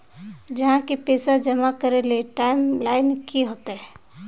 आहाँ के पैसा जमा करे ले टाइम लाइन की होते?